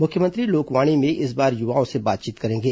मुख्यमंत्री लोकवाणी में इस बार युवाओं से बातचीत करेंगे